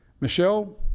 Michelle